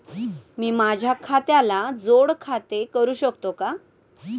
मी माझ्या खात्याला जोड खाते करू शकतो का?